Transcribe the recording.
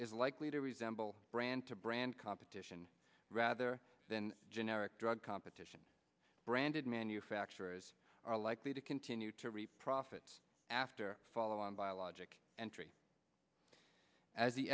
is likely to resemble brand to brand competition rather than generic drug competition branded manufacturers are likely to continue to reap profits after follow on biologic entry as the